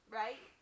right